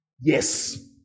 Yes